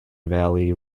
valley